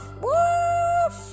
Woof